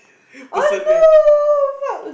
personal